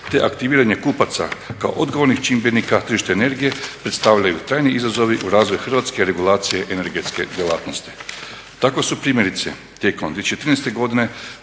te aktiviranje kupaca kao odgovornih čimbenika na tržištu energije predstavljaju trajne izazove u razvoju hrvatske regulacije energetske djelatnosti. Tako su primjerice tijekom 2013. godine